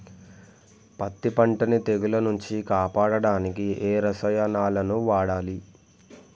పత్తి పంటని తెగుల నుంచి కాపాడడానికి ఏ రసాయనాలను వాడాలి?